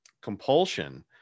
compulsion